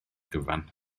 gyfan